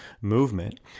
movement